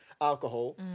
alcohol